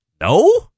No